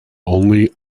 only